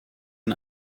and